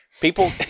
people